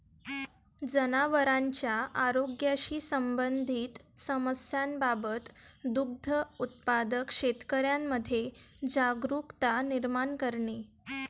जनावरांच्या आरोग्याशी संबंधित समस्यांबाबत दुग्ध उत्पादक शेतकऱ्यांमध्ये जागरुकता निर्माण करणे